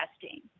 testing